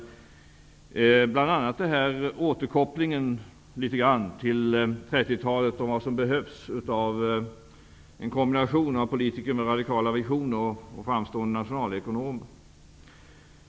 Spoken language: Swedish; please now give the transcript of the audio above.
Det gäller bl.a. återkopplingen till 30-talet och att det behövs en kombination av politiker med radikala visioner och framstående nationalekonomer.